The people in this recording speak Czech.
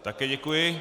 Také děkuji.